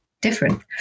different